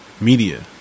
media